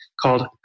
called